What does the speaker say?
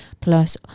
plus